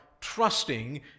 trusting